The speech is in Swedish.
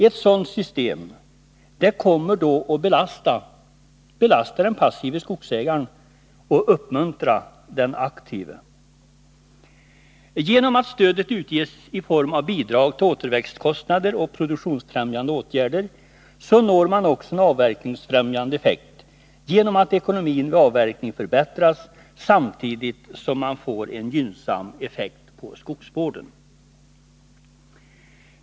Ett sådant system kommer då att belasta den passive skogsägaren och uppmuntra den aktive. Eftersom stödet utges i form av bidrag till återväxtkostnader och produktionsfrämjande åtgärder når man också en avverkningsfrämjande effekt genom att ekonomin vid avverkning förbättras samtidigt som man får en gynnsam effekt på skogsvården.